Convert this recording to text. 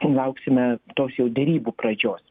lauksime tos jau derybų pradžios